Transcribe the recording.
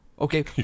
Okay